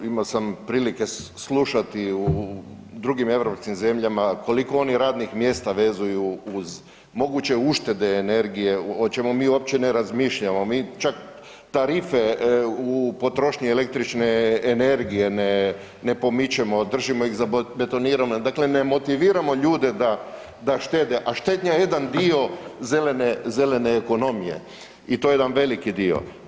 Imao sam prilike slušati u drugim europskim zemljama koliko oni radnih mjesta vezuju uz moguće uštede energije, o čemu mi uopće ne razmišljamo, mi čak tarife u potrošnji električne energije ne pomičemo, držimo ih zabetonirane, dakle ne motiviramo ljude da štede, a štednja je jedan dio zelene ekonomije i to jedan veliki dio.